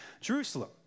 Jerusalem